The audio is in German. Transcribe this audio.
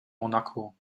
monaco